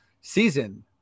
season